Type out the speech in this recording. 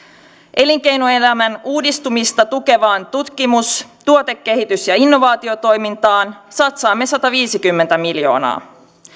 elinkeinoelämän uudistumista tukevaan tutkimus tuotekehitys ja innovaatiotoimintaan satsaamme sataviisikymmentä miljoonaa